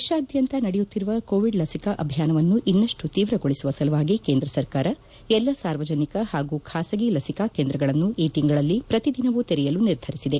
ದೇಶಾದ್ಯಂತ ನಡೆಯುತ್ತಿರುವ ಕೋವಿಡ್ ಲಸಿಕಾ ಅಭಿಯಾನವನ್ನು ಇನ್ನಷ್ಟು ತೀವ್ರಗೊಳಿಸುವ ಸಲುವಾಗಿ ಕೇಂದ್ರ ಸರ್ಕಾರ ಎಲ್ಲ ಸಾರ್ವಜನಿಕ ಪಾಗೂ ಖಾಸಗಿ ಲಸಿಕಾ ಕೇಂದ್ರಗಳನ್ನು ಈ ತಿಂಗಳಲ್ಲಿ ಪ್ರತಿ ದಿನವೂ ಕೆರೆಯಲು ನಿರ್ಧರಿಸಿದೆ